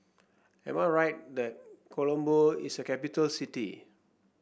am I right that Colombo is a capital city